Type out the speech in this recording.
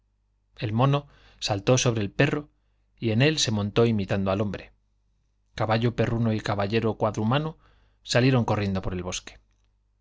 el mono saltó sobre el perro y en él se montó imitando al hombre caballo perruno y caballero cua drumano salieron corriendo por el bosque